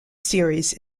series